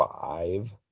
five